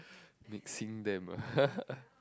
mixing them ah